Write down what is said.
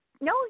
No